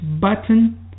button